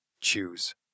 choose